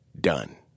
done